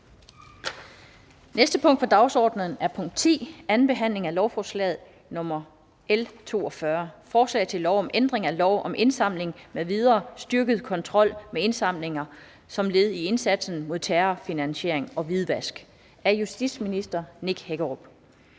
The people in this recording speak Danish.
næste punkt på dagsordenen er: 10) 2. behandling af lovforslag nr. L 42: Forslag til lov om ændring af lov om indsamling m.v. (Styrket kontrol med indsamlinger som led i indsatsen mod terrorfinansiering og hvidvask). Af justitsministeren (Nick Hækkerup).